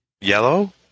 yellow